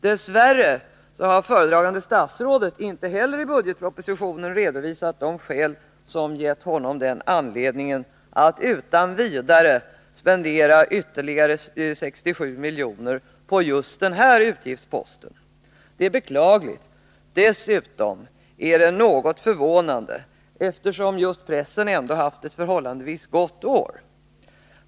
Dess värre har föredragande statsrådet inte heller i budgetpropositionen redovisat de skäl som givit honom anledning att utan vidare spendera ytterligare 67,5 miljoner på just denna utgiftspost. Det är beklagligt och dessutom något förvånande, eftersom just pressen ändå haft ett förhållandevis gott år.